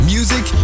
Music